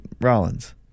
Rollins